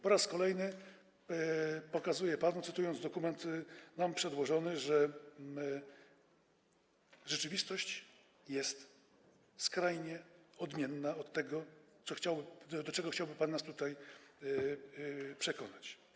Po raz kolejny pokazuję panu, cytując dokumenty nam przedłożone, że rzeczywistość jest skrajnie odmienna od tego, do czego chciałby pan nas tutaj przekonać.